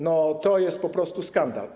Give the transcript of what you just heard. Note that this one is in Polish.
No to jest po prostu skandal.